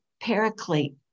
Paraclete